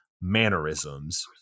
mannerisms